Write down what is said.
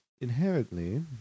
inherently